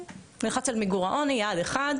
"מיגור העוני יעד 1",